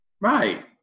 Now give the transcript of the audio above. Right